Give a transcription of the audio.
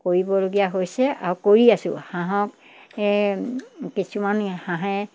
কৰিবলগীয়া হৈছে আৰু কৰি আছোঁ হাঁহক কিছুমান হাঁহে